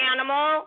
Animal